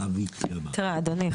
תראה אדוני,